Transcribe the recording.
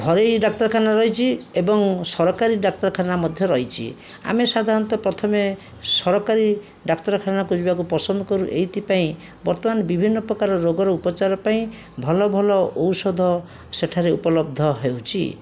ଘରୋଇ ଡାକ୍ତରଖାନା ରହିଛି ଏବଂ ସରକାରୀ ଡାକ୍ତରଖାନା ମଧ୍ୟ ରହିଛି ଆମେ ସାଧାରଣତଃ ପ୍ରଥମେ ସରକାରୀ ଡାକ୍ତରଖାନାକୁ ଯିବାକୁ ପସନ୍ଦ କରୁ ଏଇଥିପାଇଁ ବର୍ତ୍ତମାନ ବିଭିନ୍ନ ପ୍ରକାର ରୋଗର ଉପଚାର ପାଇଁ ଭଲ ଭଲ ଔଷଧ ସେଠାରେ ଉପଲବ୍ଧ ହେଉଛି